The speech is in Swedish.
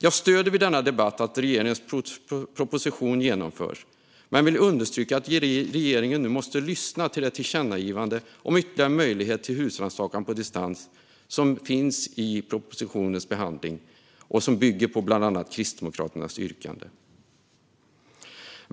Jag stöder vid denna debatt att regeringens proposition genomförs men vill understryka att regeringen nu måste lyssna till det tillkännagivande om ytterligare möjligheter till husrannsakan på distans som behandlas i propositionen och som bland annat bygger på Kristdemokraternas yrkande.